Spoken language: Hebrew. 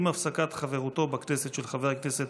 עם הפסקת חברותו בכנסת של חבר הכנסת